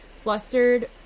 flustered